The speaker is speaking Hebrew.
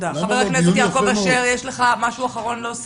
חבר הכנסת יעקב אשר, אתה רוצה להוסיף?